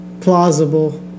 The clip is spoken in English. plausible